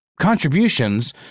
contributions